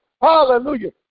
Hallelujah